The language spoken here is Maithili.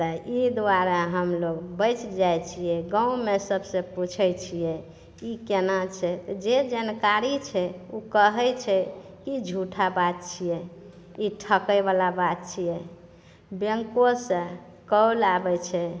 तऽ ई दुआरे हमलोग बैच जाइ छियै गाँवमे सबसे पूछै छियै ई केना छै जे जनकारी छै ओ कहै छै ई झूठा बात छियै ई ठकै बला बात छियै बैंको सए कॉल आबै छै